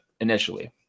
initially